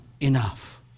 enough